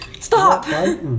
Stop